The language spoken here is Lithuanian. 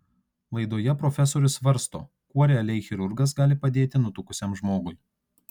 laidoje profesorius svarsto kuo realiai chirurgas gali padėti nutukusiam žmogui